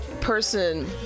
person